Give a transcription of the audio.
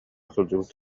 сылдьыбыт